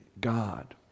God